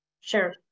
Sure